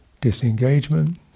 disengagement